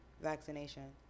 vaccination